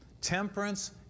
Temperance